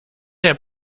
der